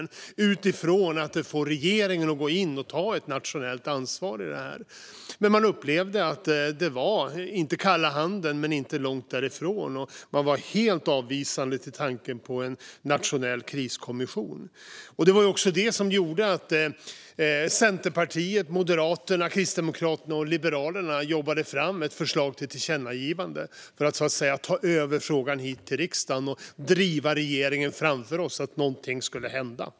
Det handlade om att få regeringen att ta ett nationellt ansvar. Det blev inte kalla handen men inte långt därifrån, var upplevelsen. Man var helt avvisande till tanken på en nationell kriskommission. Det var också detta som gjorde att Centerpartiet, Moderaterna, Kristdemokraterna och Liberalerna jobbade fram ett förslag till tillkännagivande i syfte att ta frågan hit till riksdagen och driva regeringen framför oss för att någonting skulle hända.